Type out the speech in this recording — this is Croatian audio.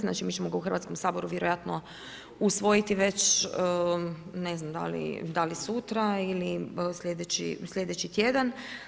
Znači mi ćemo ga u Hrvatskom saboru vjerojatno usvojiti već ne znam da li sutra ili slj. tjedan.